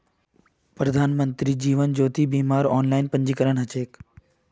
प्रधानमंत्री जीवन ज्योति बीमार ऑनलाइन पंजीकरण ह छेक